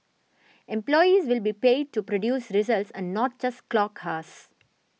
employees will be paid to produce results and not just clock hours